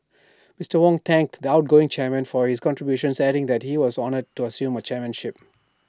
Mister Wong thanked the outgoing chairman for his contributions adding that he was honoured to assume chairmanship